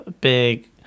big